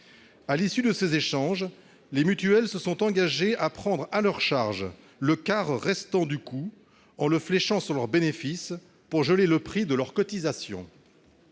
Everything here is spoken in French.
À l'issue de ces échanges, les mutuelles se sont engagées à prendre à leur charge le quart restant du coût, en le fléchant sur leurs bénéfices, pour geler le prix de leurs cotisations.